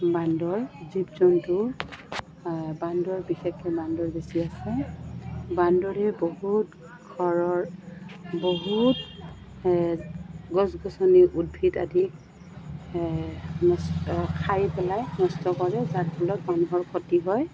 বান্দৰ জীৱ জন্তু বান্দৰ বিশেষকে বান্দৰ বেছি আছে বান্দৰে বহুত ঘৰৰ বহুত গছ গছনি উদ্ভিদ আদি খাই পেলাই নষ্ট কৰে যাৰ ফলত মানুহৰ ক্ষতি হয়